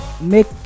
make